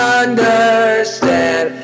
understand